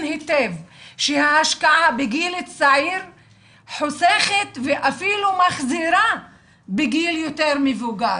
היטב שההשקעה בגיל צעיר חוסכת ואפילו מחזירה בגיל יותר מבוגר.